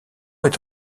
est